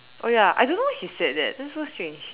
oh ya I don't know why he said that that's so strange